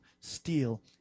steal